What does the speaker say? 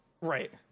Right